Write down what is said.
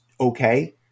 Okay